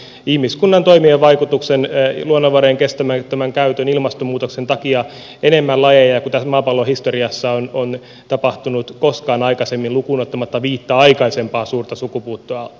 me tapamme ihmiskunnan toimien vaikutuksen luonnonvarojen kestämättömän käytön ja ilmastonmuutoksen takia enemmän lajeja kuin tässä maapallon historiassa on tapahtunut koskaan aikaisemmin lukuun ottamatta viittä aikaisempaa suurta sukupuuttoaaltoa